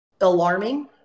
alarming